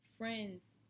friends